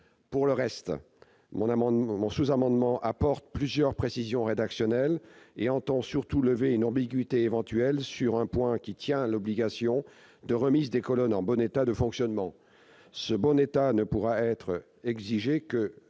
Pour le reste, le présent sous-amendement vise à apporter plusieurs précisions rédactionnelles et à lever une ambiguïté éventuelle sur un point qui tient à l'obligation de remise des colonnes en bon état de fonctionnement. Celle-ci ne pourra être exigée que